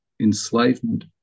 enslavement